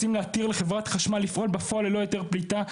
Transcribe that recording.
רוצים להתיר לחברת חשמל לפעול בפועל ללא היתר פליטה.